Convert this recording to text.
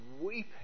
weeping